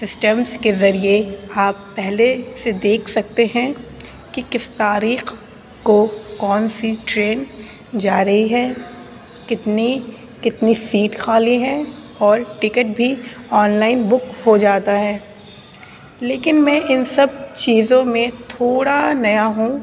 systems کے ذریعے آپ پہلے سے دیکھ سکتے ہیں کہ کس تاریخ کو کون سی ٹرین جا رہی ہے کتنی کتنی سیٹ خالی ہے اور ٹکٹ بھی آن لائن بک ہو جاتا ہے لیکن میں ان سب چیزوں میں تھوڑا نیا ہوں